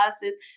classes